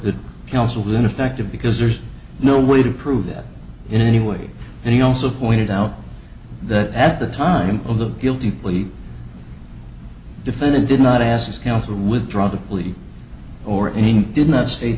the counsel ineffective because there's no way to prove that in any way and he also pointed out that at the time of the guilty plea defendant did not ask his counsel withdraw the plea or any did not state